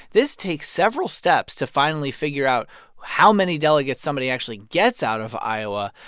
this takes several steps to finally figure out how many delegates somebody actually gets out of iowa,